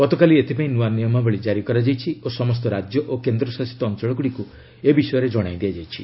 ଗତକାଲି ଏଥିପାଇଁ ନୂଆ ନିୟମାବଳୀ ଜାରି କରାଯାଇଛି ଓ ସମସ୍ତ ରାଜ୍ୟ ଓ କେନ୍ଦ୍ରଶାସିତ ଅଞ୍ଚଳଗୁଡ଼ିକୁ ଏ ବିଷୟରେ ଜଣାଇ ଦିଆଯାଇଛି